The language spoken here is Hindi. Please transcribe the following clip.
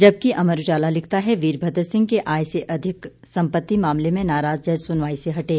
जबकि अमर उजाला लिखता है वीरभद्र सिंह के आय से अधिक संपति मामले में नाराज जज सुनवाई से हटे